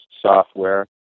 software